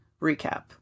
recap